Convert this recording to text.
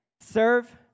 serve